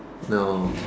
no